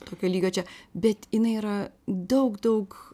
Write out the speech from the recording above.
tokio lygio čia bet jinai yra daug daug